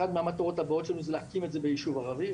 אחת מהמטרות הבאות שלנו היא להקים את זה ביישוב ערבי,